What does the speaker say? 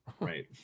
right